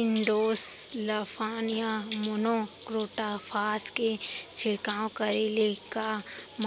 endosulfan या monocrotophos के छिड़काव करे ले क